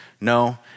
No